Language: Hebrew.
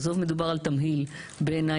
התחילו לעבוד באיזשהו מקום,